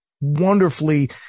wonderfully